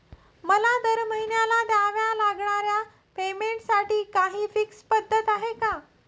मला दरमहिन्याला द्यावे लागणाऱ्या पेमेंटसाठी काही फिक्स पद्धत आहे का?